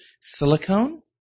silicone